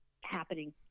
happening